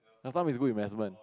last time we do investment